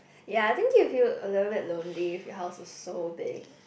ya I think you'll feel a little bit lonely if your house was so big